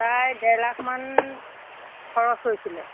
প্ৰায় ডেৰলাখমান খৰচ হৈছিলে